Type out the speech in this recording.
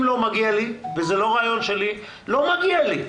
אם לא מגיע לי וזה לא רעיון שלי, לא מגיע לי.